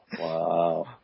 Wow